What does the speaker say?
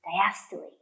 Diastole